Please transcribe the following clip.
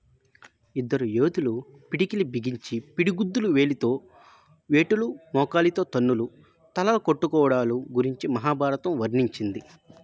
ఇద్దరు యోధులు పిడికిలి బిగించి పిడిగుద్దులు వేలితో వేటులు మోకాలితో తన్నులు తలలు కొట్టుకోవడాలు గురించి మహాభారతం వర్ణించింది